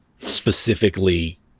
specifically